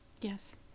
yes